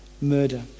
murder